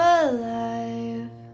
alive